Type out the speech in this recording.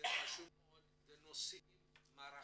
בנושאים מערכתיים.